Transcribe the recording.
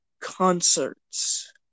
concerts